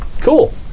Cool